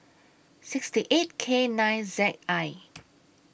sixty eight K nine Z I